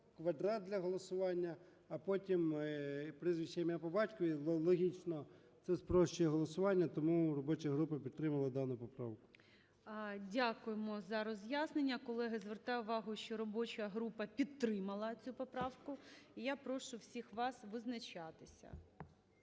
квадрат для голосування, а потім прізвище, ім'я, по батькові. Логічно це спрощує голосування, тому робоча група підтримала дану поправку. ГОЛОВУЮЧИЙ. Дякуємо за роз'яснення. Колеги, звертаю увагу, що робоча група підтримала цю поправку. І я прошу всіх вас визначатися.